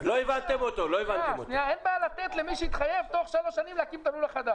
אני מבקש בדיונים לומר את הדברים בשקיפות מלאה ובצורה מאוזנת.